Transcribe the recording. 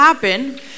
happen